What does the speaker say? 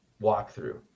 walkthrough